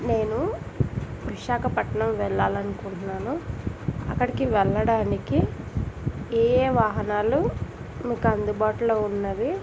నేను విశాఖపట్నం వెళ్ళాలి అనునుకుంటున్నాను అక్కడికి వెళ్ళడానికి ఏ ఏ వాహనాలు మీకు అందుబాటులో ఉన్నవి